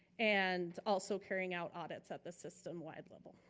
and also carrying out audits at the system wide level.